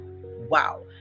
wow